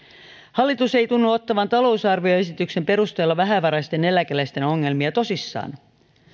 hallitus ei tunnu ottavan talousarvioesityksen perusteella vähävaraisten eläkeläisten ongelmia tosissaan